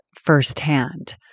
firsthand